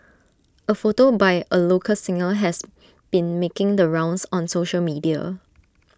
A photo by A local singer has been making the rounds on social media